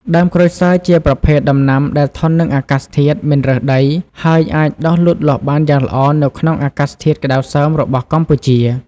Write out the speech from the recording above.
ដើមក្រូចសើចជាប្រភេទដំណាំដែលធន់នឹងអាកាសធាតុ មិនរើសដី ហើយអាចដុះលូតលាស់បានយ៉ាងល្អនៅក្នុងអាកាសធាតុក្តៅសើមរបស់កម្ពុជា។